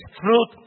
truth